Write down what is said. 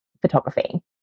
photography